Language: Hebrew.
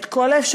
את כל האפשרויות,